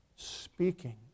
speaking